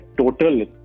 total